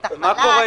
את החל"ת?